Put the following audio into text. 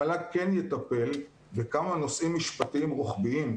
המל"ג כן יטפל בכמה נושאים משפטיים רוחביים,